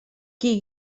qui